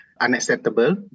unacceptable